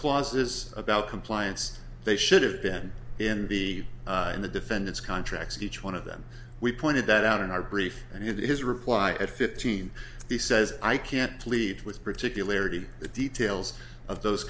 clauses about compliance they should have been in the in the defendant's contracts each one of them we pointed that out in our brief and his reply at fifteen he says i can't plead with particularity the details of those